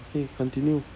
okay continue